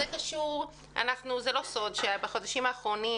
אין זה סוד שבחודשים האחרונים